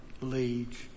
leads